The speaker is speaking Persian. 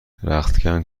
رختکن